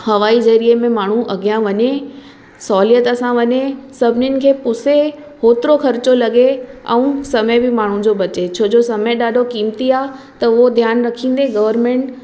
हवाई ज़रिए बि माण्हू अॻियां वञे सहुलियत सां वञे सभनिनि खे पुसे ओतिरो ख़र्चो लॻे ऐं समय बि माण्हुनि जो बचे छो जो समय ॾाढो क़िमती आहे त उहो ध्यानु रखंदे गवरमेंट